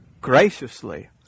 Graciously